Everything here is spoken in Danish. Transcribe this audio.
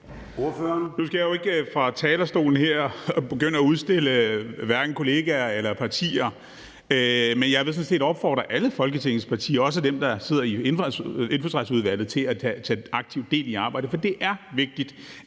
Nu skal jeg jo ikke fra talerstolen her begynde at udstille kollegaer eller partier, men jeg vil sådan set opfordre alle Folketingets partier, også dem, der sidder i Indfødsretsudvalget, til at tage aktivt del i arbejdet. For det er vigtigt,